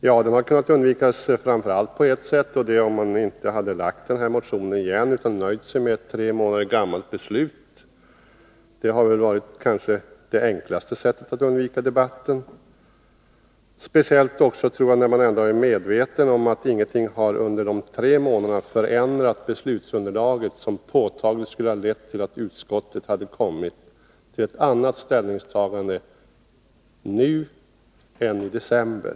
Ja, det hade den framför allt på ett sätt, och det är om man inte hade väckt den här motionen igen utan nöjt sig med ett tre månader gammalt beslut. Det hade kanske varit det enklaste sättet att undvika debatten, speciellt, tror jag, när man ändå är medveten om att ingenting under de tre månaderna har förändrat beslutsunderlaget och därmed påtagligt föranlett utskottet till ett annat ställningstagande nu än i december.